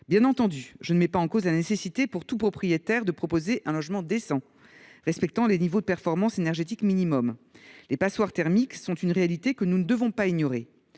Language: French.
Bien entendu, je ne remets pas en cause l’obligation qu’ont les propriétaires de proposer des logements décents, respectant des niveaux de performance énergétique minimaux. Les passoires thermiques sont une réalité que nous ne devons pas ignorer.